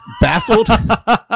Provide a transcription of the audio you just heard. Baffled